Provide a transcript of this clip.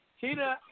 Tina